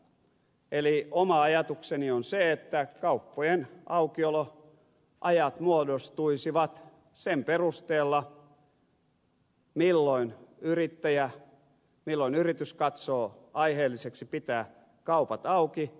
eli oma ajatukseni on se että kauppojen aukioloajat muodostuisivat sen perusteella milloin yrittäjä milloin yritys katsoo aiheelliseksi pitää kaupat auki